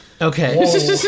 Okay